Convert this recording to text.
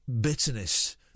bitterness